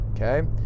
okay